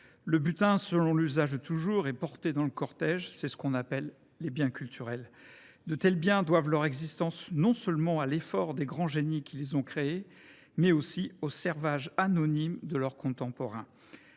Le butin, selon l’usage de toujours, est porté dans le cortège. C’est ce qu’on appelle les biens culturels. […] De tels biens doivent leur existence non seulement à l’effort des grands génies qui les ont créés, mais aussi au servage anonyme de leurs contemporains.